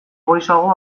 goizago